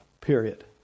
period